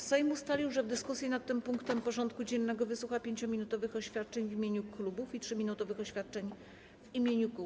Sejm ustalił, że w dyskusji nad tym punktem porządku dziennego wysłucha 5-minutowych oświadczeń w imieniu klubów i 3-minutowych oświadczeń w imieniu kół.